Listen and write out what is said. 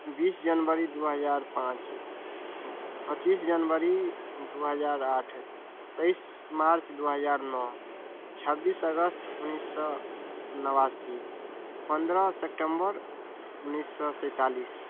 बीस जनवरी दू हजार पाँच पचीस जनवरी दू हजार आठ तेइस मार्च दू हजार नओ छब्बीस अगस्त उन्नैस सए नवासी पन्द्रह सेप्टेम्बर उन्नैस सए सैन्तालिस